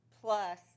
plus